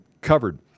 covered